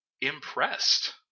impressed